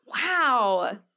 Wow